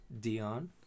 Dion